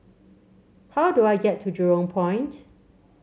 how do I get to Jurong Point